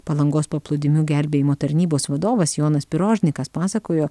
palangos paplūdimių gelbėjimo tarnybos vadovas jonas pirožnikas pasakojo